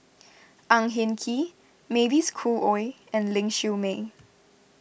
Ang Hin Kee Mavis Khoo Oei and Ling Siew May